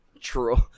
True